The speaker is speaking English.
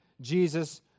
Jesus